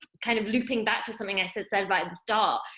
kind of looping back to something i said said right at the start,